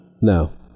No